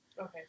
Okay